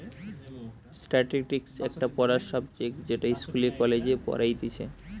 statistics একটা পড়ার subject যেটা ইস্কুলে, কলেজে পড়াইতিছে